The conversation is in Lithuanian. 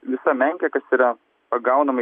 visa menkė kas yra pagaunama